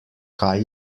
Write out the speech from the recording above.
kaj